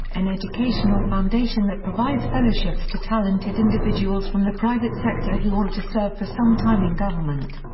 an educational foundation that provides fellowships to talented individuals from the private sector who want to serve for some time in government.